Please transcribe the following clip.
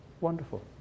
wonderful